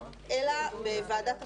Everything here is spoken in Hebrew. אלא בוועדת חוקה,